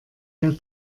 der